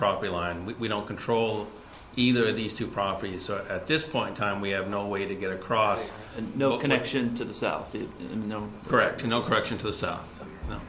property line and we don't control either of these two properties at this point time we have no way to get across and no connection to the south you know correct you know correction to the south you know